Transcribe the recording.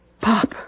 Pop